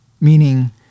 meaning